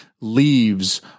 leaves